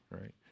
right